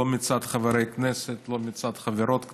לא מצד חברי כנסת, לא מצד חברות כנסת,